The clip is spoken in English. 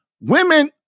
Women